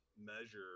measure